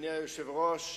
אדוני היושב-ראש,